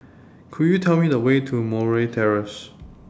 Could YOU Tell Me The Way to Murray Terrace